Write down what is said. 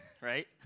right